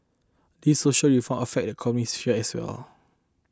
these social reform affect economic sphere as well